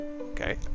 okay